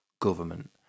government